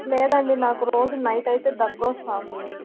లేదండి నాకు రోజు నైట్ అయితే దగ్గు వస్తు ఉంది